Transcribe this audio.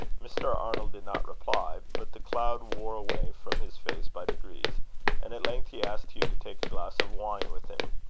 mr. arnold did not reply, but the cloud wore away from his face by degrees and at length he asked hugh to take a glass of wine with him.